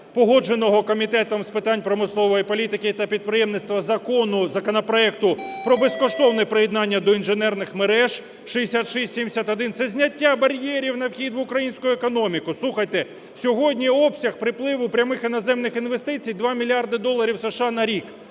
погодженого Комітетом з питань промислової політики та підприємництва Закону… законопроекту про безкоштовне приєднання до інженерних мереж (6671), це зняття бар'єрів на вхід в українську економіку. Слухайте, сьогодні обсяг припливу прямих іноземних інвестицій 2 мільярди доларів США на рік.